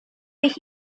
ich